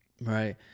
Right